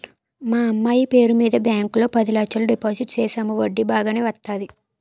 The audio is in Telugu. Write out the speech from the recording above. మా అమ్మాయి పేరు మీద బ్యాంకు లో పది లచ్చలు డిపోజిట్ సేసాము వడ్డీ బాగానే వత్తాది